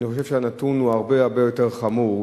אני חושב שהנתון הוא הרבה הרבה יותר חמור.